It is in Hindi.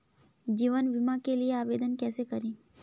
जीवन बीमा के लिए आवेदन कैसे करें?